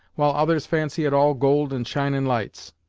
while others fancy it all gold and shinin' lights!